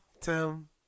Tim